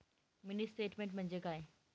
Mini statement म्हणजे काय?